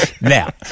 Now